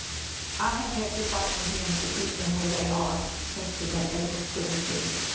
i have had to fight for him, to keep them where they are, since the day they were put in prison.